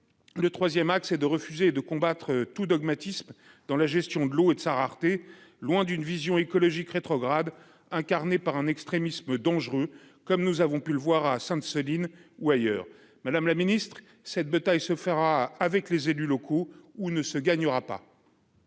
le troisième axe est de refuser et de combattre tout dogmatisme dans la gestion de l'eau et de sa rareté, loin d'une vision écologique rétrograde, incarnée par un extrémisme dangereux, comme nous avons pu le voir à Sainte-Soline ou ailleurs. Madame la secrétaire d'État, cette bataille se fera avec les élus locaux ou ne se gagnera pas.